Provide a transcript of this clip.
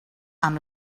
amb